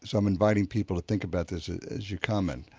so i'm inviting people to think about this as you comment.